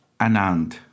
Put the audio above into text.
Anand